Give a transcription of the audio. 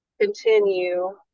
continue